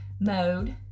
mode